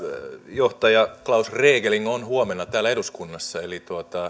johtaja klaus regling on huomenna täällä eduskunnassa eli